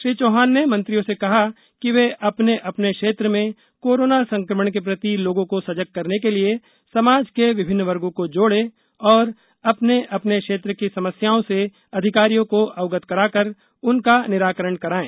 श्री चौहान ने मंत्रियों से कहा कि वे अपने अपने क्षेत्र में कोरोना संकमण के प्रति लोगों को सजग करने के लिए समाज के विभिन्न वर्गो को जोड़े और अपने अपने क्षेत्र की समस्याओं से अधिकारियों को अवगत कराकर उनका निराकरण कराये